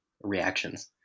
reactions